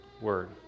word